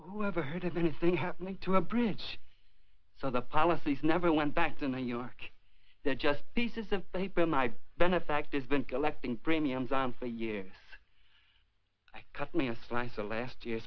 who ever heard of anything happening to a bridge so the policies never went back to new york they're just pieces of paper my benefactor's been collecting premiums on for years i cut me a slice of last year